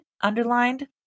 underlined